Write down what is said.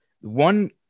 One